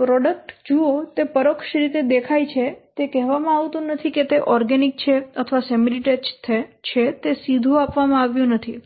product જુઓ તે પરોક્ષ રીતે દેખાય છે તે કહેવામાં આવતું નથી કે તે ઓર્ગેનિક છે અથવા સેમી ડીટેચ્ડ છે તે સીધું આપવામાં આવ્યું નથી